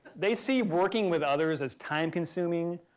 they see working with others as time consuming.